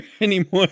anymore